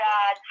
God